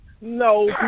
No